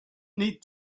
need